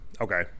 Okay